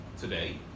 today